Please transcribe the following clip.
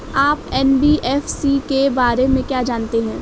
आप एन.बी.एफ.सी के बारे में क्या जानते हैं?